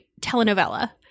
telenovela